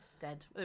dead